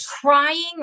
trying